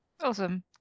Awesome